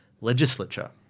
legislature